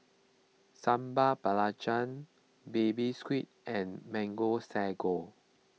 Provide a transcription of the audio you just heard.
Sambal Belacan Baby Squid and Mango Sago